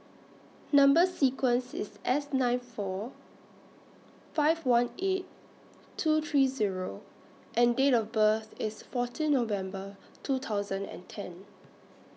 Number sequence IS S nine four five one eight two three Zero and Date of birth IS fourteen November two thousand and ten